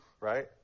right